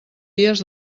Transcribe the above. dies